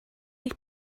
ich